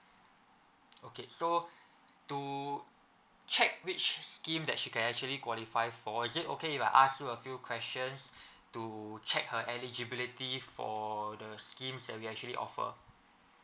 okay so to check which scheme that she can actually qualify for is it okay if I ask you a few questions to check her eligibility for the schemes that we actually offer